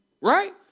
Right